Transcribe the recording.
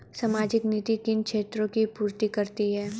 सामाजिक नीति किन क्षेत्रों की पूर्ति करती है?